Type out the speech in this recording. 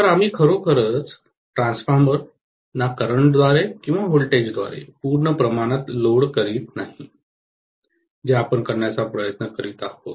तर आम्ही खरोखरच ट्रान्सफॉर्मर ना करंटद्वारे किंवा व्होल्टेजद्वारे पूर्ण प्रमाणात लोड करीत नाही जे आपण करण्याचा प्रयत्न करीत आहोत